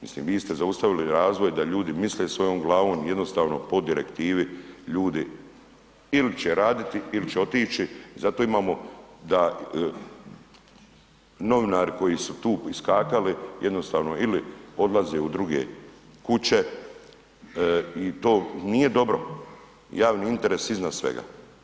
Mislim, vi ste zaustavili razvoj da ljudi misle svojom glavom i jednostavno po direktivi ljudi ili će raditi ili će otići, zato imamo da novinari koji su tu iskakali, jednostavno ili odlaze u druge kuće i to nije dobro, javni interes iznad svega.